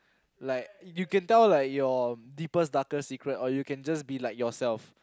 like you can tell like your deepest darkest secret or you can just be like yourself